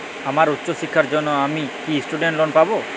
আমার উচ্চ শিক্ষার জন্য আমি কি স্টুডেন্ট লোন পাবো